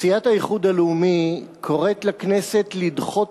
סיעת האיחוד הלאומי קוראת לכנסת לדחות